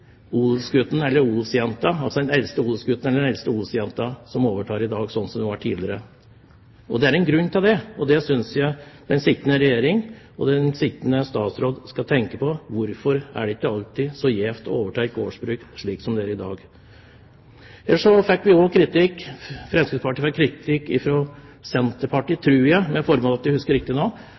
odelsgutten eller odelsjenta – altså den eldste gutten eller den eldste jenta – som overtar i dag, slik det var tidligere. Det er en grunn til det, og det synes jeg den sittende regjering og den sittende statsråd skal tenke på. Hvorfor er det ikke alltid så gjevt å overta et gårdsbruk, slik det er i dag? Ellers fikk Fremskrittspartiet kritikk fra Senterpartiet – med forbehold om at jeg husker riktig